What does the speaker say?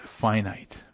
finite